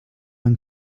and